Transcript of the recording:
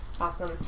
Awesome